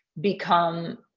become